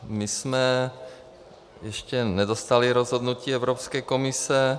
My jsme ještě nedostali rozhodnutí Evropské komise.